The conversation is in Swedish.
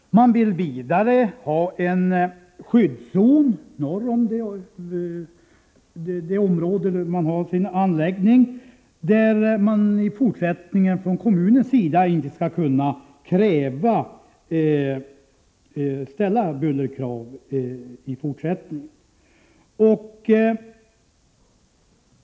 Dessutom vill Volvo ha en skyddszon norr om det område där man har sin anläggning, där kommunen inte skall kunna ställa bullerkrav i fortsättningen.